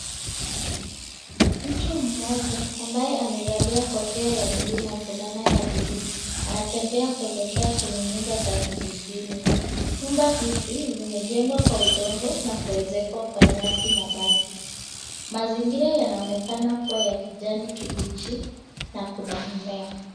Mtu mmoja ambaye amevalia kofia ya blue na fulana ya blue , anatembea kuelekea kwenye nyumba za kijijini. Nyumba hizi zimejengwa kwa udongo na kuezekwa kwa nyasi na bati. Mazingira yanaonekana kuwa ya kijani kibichi na kuna mimea.